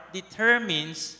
determines